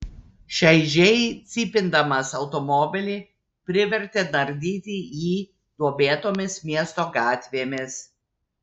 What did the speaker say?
šaižiai cypindamas automobilį privertė nardyti jį duobėtomis miesto gatvėmis